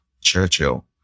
Churchill